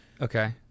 Okay